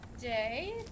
day